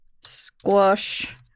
squash